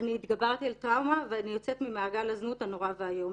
אני התגברתי על טראומה ואני יוצאת ממעגל הזנות הנורא ואיום.